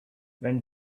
when